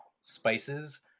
spices